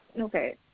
Okay